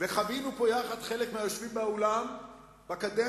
חווינו פה יחד, חלק מהיושבים באולם בקדנציה